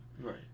right